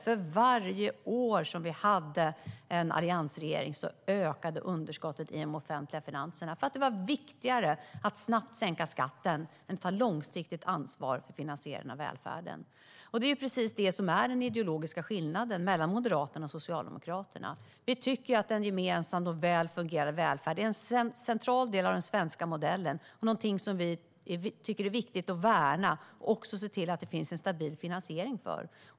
För varje år som vi hade en alliansregering ökade underskottet i de offentliga finanserna eftersom det var viktigare att snabbt sänka skatten än att ta långsiktigt ansvar för finansieringen av välfärden. Det är precis detta som är den ideologiska skillnaden mellan Moderaterna och Socialdemokraterna. Vi tycker att en gemensam och väl fungerande välfärd är en central del av den svenska modellen. Det är viktigt att värna och se till att det finns en stabil finansiering för.